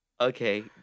Okay